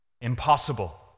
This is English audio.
Impossible